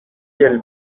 kiel